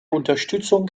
unterstützung